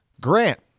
Grant